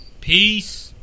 Peace